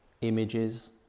images